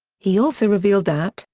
he also revealed that,